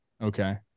okay